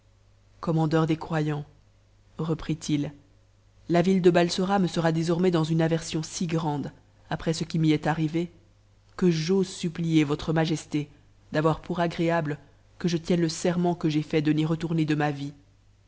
commandeur des croyants prit la ville de balsora me sera désormais dans une aversion si nde après ce qui m'y est arrivé que j'ose supplier votre majesté d'avoir pour agréable que je tienne le serment que j'ai fait de n'y retourner o ma vie